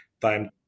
time